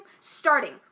Starting